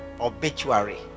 obituary